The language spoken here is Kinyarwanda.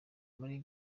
muri